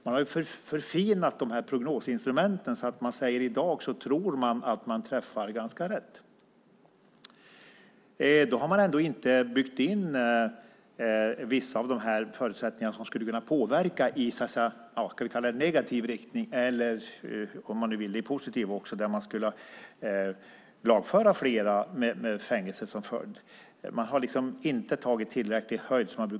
Man har förfinat prognosinstrumenten, och i dag säger man att man tror att man träffar ganska rätt. Då har man ändå inte byggt in vissa av de förutsättningar som skulle kunna påverka i negativ :- eller positiv, om man så vill - riktning, där man skulle kunna lagföra fler med fängelse som påföljd. Man har inte tagit tillräcklig höjd för det.